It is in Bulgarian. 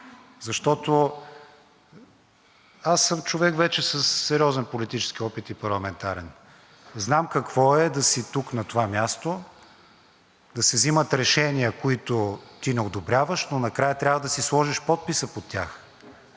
защото аз съм човек вече със сериозен политически и парламентарен опит. Знам какво е да си тук – на това място, да се вземат решения, които ти не одобряваш, но накрая трябва да си сложиш подписа под тях.